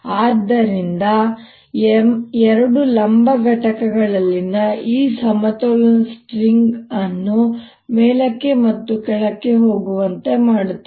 ಆದ್ದರಿಂದ ಎರಡು ಲಂಬ ಘಟಕಗಳಲ್ಲಿನ ಈ ಸಮತೋಲನವು ಸ್ಟ್ರಿಂಗ್ ಅನ್ನು ಮೇಲಕ್ಕೆ ಮತ್ತು ಕೆಳಕ್ಕೆ ಹೋಗುವಂತೆ ಮಾಡುತ್ತದೆ